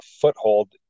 foothold